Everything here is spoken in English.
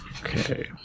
okay